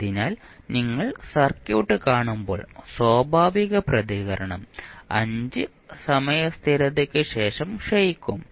അതിനാൽ നിങ്ങൾ സർക്യൂട്ട് കാണുമ്പോൾ സ്വാഭാവിക പ്രതികരണം 5 സമയ സ്ഥിരതയ്ക്ക് ശേഷം ക്ഷയിക്കും